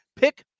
pick